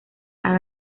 han